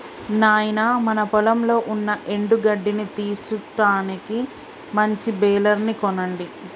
నాయినా మన పొలంలో ఉన్న ఎండు గడ్డిని తీసుటానికి మంచి బెలర్ ని కొనండి